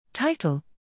Title